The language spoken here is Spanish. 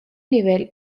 nivel